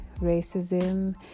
racism